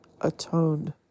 atoned